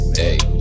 hey